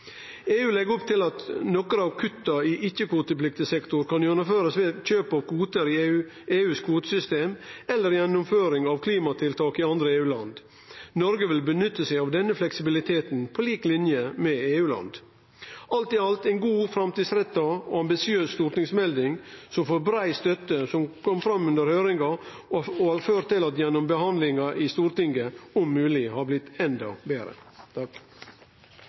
EU legg opp til at nokre av kutta i ikkje-kvotepliktig sektor kan bli gjennomførte ved kjøp av kvotar i EUs kvotesystem eller ved gjennomføring av klimatiltak i andre EU-land. Noreg vil nytte seg av denne fleksibiliteten – på lik linje med EU-land. Alt i alt er dette ei god, framtidsretta og ambisiøs stortingsmelding, som får brei støtte – noko som kom fram under høyringa – og det har ført til at ho gjennom behandlinga i Stortinget har blitt, om mogleg, endå betre.